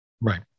Right